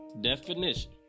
definition